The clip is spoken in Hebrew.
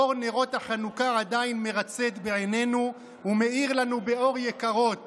אור נרות החנוכה עדיין מרצד בעינינו ומאיר לנו באור יקרות